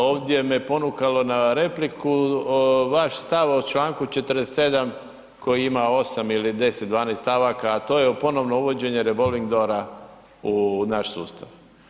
Ovdje me ponukalo na repliku vaš stav o Članku 47. koji ima 8 ili 10, 12 stavaka, a to je ponovo uvođenje revolving doora u naš sustav.